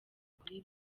kuri